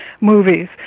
movies